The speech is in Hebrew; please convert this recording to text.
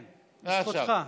כן, זכותך.